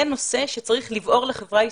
זה נושא שצריך לבעור לחברה הישראלית.